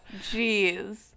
jeez